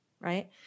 right